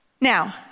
Now